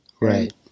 Right